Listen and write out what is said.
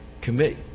commit